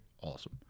awesome